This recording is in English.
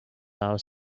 are